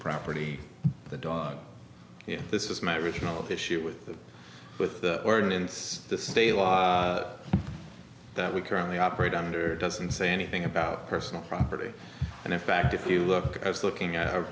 property the dog this is my original issue with with the ordinance the state law that we currently operate under doesn't say anything about personal property and in fact if you look i was looking at